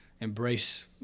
embrace